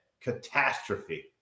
catastrophe